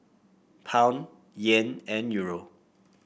Pound Yen and Euro